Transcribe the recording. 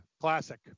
Classic